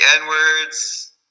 N-words